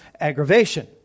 aggravation